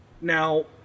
Now